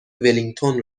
ولینگتون